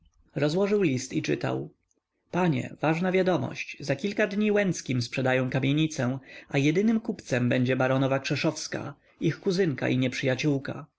rozłożył list i czytał panie ważna wiadomość za kilka dni łęckim sprzedają kamienicę a jedynym kupcem będzie baronowa krzeszowska ich kuzynka i nieprzyjaciółka